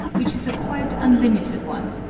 which is a quite unlimited one,